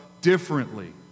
differently